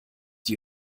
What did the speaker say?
die